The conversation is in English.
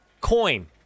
coin